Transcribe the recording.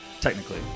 technically